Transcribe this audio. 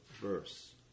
verse